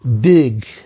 dig